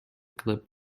clip